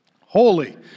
Holy